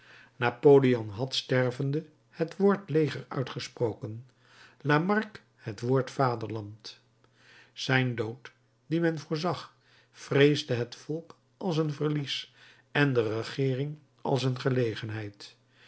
napoleon had stervende het woord leger uitgesproken lamarque het woord vaderland zijn dood dien men voorzag vreesde het volk als een verlies en de regeering als een gelegenheid